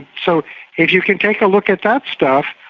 so if you can take a look at that stuff,